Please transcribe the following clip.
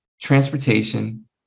transportation